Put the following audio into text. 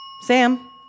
Sam